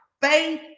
Faith